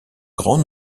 grand